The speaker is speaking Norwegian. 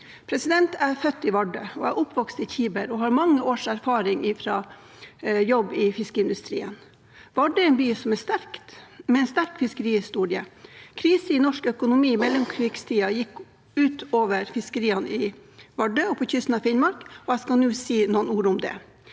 Jeg er født i Vardø og oppvokst i Kiberg, og jeg har mange års erfaring fra jobb i fiskeindustrien. Vardø er en by med en sterk fiskerihistorie. Krisen i norsk økonomi i mellomkrigstiden gikk ut over fiskeriene i Vardø og på kysten av Finnmark, og jeg skal nå si noen ord om det.